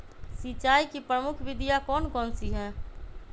सिंचाई की प्रमुख विधियां कौन कौन सी है?